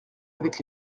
avec